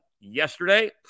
yesterday